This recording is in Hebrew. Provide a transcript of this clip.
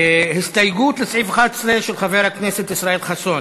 הסתייגות של חבר הכנסת ישראל חסון